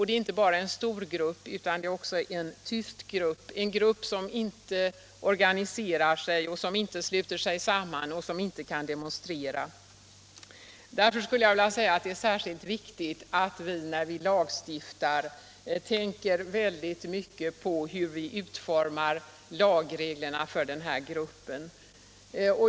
Det är inte bara en stor grupp utan det är en tyst grupp som inte organiserar sig, inte sluter sig samman och inte kan demonstrera. Därför är det särskilt viktigt att vi när vi lagstiftar tänker mycket på hur vi utformar lagreglerna för denna grupp.